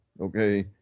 Okay